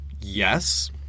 yes